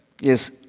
yes